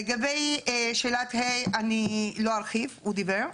לגבי שאלה ה', אני לא ארחיב כי הוא דיבר.